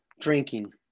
drinking